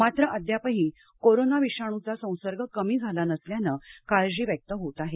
मात्र अद्यापही कोरोना विषाणूचा संसर्ग कमी झाला नसल्यानं काळजी व्यक्त होत आहे